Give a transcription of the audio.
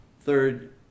third